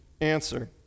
answer